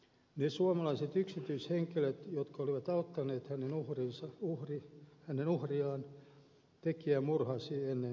ne suomalaiset yksityishenkilöt jotka olivat auttaneet hänen uhriaan tekijä murhasi ennen itsemurhaansa